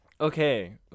Okay